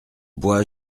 bois